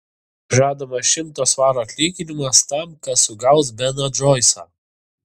žadamas šimto svarų atlyginimas tam kas sugaus beną džoisą